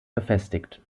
befestigt